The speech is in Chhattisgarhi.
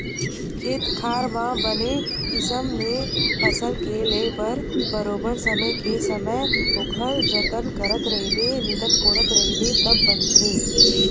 खेत खार म बने किसम ले फसल के ले बर बरोबर समे के समे ओखर जतन करत रहिबे निंदत कोड़त रहिबे तब बनथे